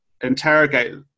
interrogate